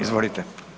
Izvolite.